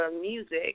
music